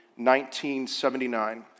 1979